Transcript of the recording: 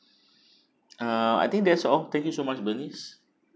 ah I think that's all thank you so much bernice